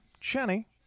Jenny